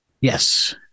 Yes